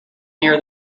near